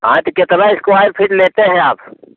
हाँ तो कितना स्क्वेर फीट लेते हैं आप